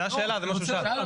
זה השאלה, זה מה שהוא שאל.